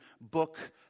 book